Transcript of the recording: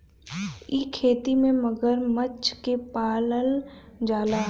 इ खेती में मगरमच्छ के पालल जाला